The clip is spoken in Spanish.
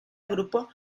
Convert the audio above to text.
grupo